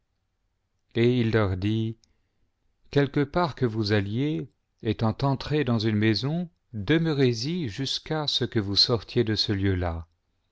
et il leur dit quelque part que vous alliez étant entrés dans une maison demeurez y jusqu'à ce que vous sortiez de ce lieu îà